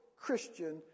Christian